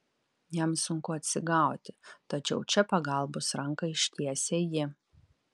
jam sunku atsigauti tačiau čia pagalbos ranką ištiesia ji